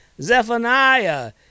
zephaniah